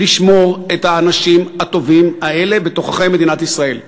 ויש לשמור את האנשים הטובים האלה בתוככי מדינת ישראל.